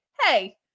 hey